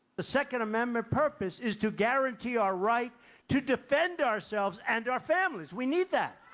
the second amendment's purpose is to guarantee our right to defend ourselves and our families we need that!